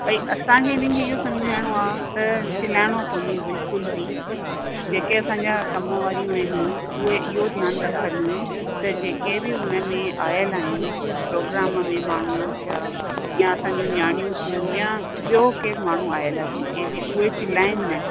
भाई असांखे इन्हनि खे इहो सम्झाइणो आहे त चिलाइणो कोन्हे बिल्कुल बि जेके असांजा कम वारियूं आहिनि उहे इहो ध्यानु रखनि त जेके बि हुन में आयल आहिनि प्रोग्राम में माण्हू थिया या असांजूं नियाणियूं थियूं या ॿियो केरु माण्हू आयल आहे जंहिंमें उहे चिलाइनि न